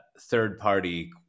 third-party